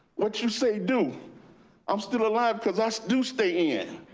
what you say do i'm still alive. cause i so do stay in.